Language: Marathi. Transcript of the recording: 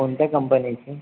कोणत्या कंपनीची